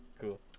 Cool